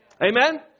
Amen